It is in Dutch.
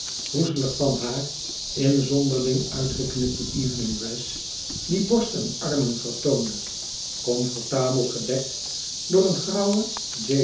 groezelig van haar in zonderling uitgeknipte evening dress die borst en armen vertoonde comfortabel gedekt door een grauwen